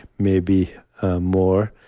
maybe more.